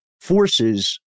forces